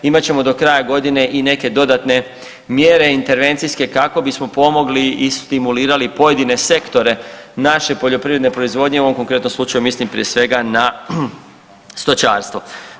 Imat ćemo do kraja godine i neke dodatne mjere intervencijske kako bismo pomogli i stimulirali pojedine sektore naše poljoprivredne proizvodnje, u ovom konkretnom slučaju mislim prije svega na stočarstvo.